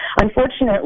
unfortunately